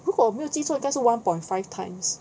如果我没有记错应该是 one point five times